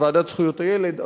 בוועדה לזכויות הילד,